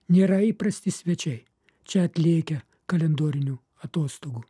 nėra įprasti svečiai čia atlėkę kalendorinių atostogų